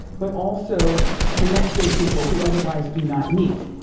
but also connecting people who otherwise do not meet.